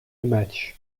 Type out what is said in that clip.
match